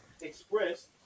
expressed